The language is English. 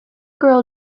girl